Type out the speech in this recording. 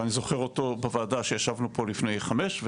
ואני זוכר אותו בוועדה שישבנו פה לפני חמש,